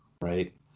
right